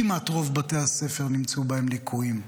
כמעט ברוב בתי הספר נמצאו ליקויים.